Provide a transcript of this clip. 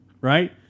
right